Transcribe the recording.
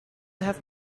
have